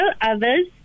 others